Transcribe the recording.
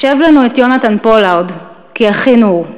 השב לנו את יהונתן פולארד, כי אחינו הוא.